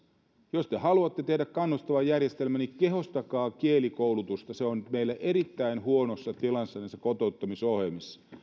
jos te haluatte tehdä kannustavan järjestelmän niin tehostakaa kielikoulutusta se on meillä erittäin huonossa tilassa näissä kotouttamisohjelmissa